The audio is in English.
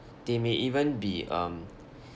they may even be um